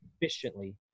efficiently